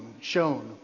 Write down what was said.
shown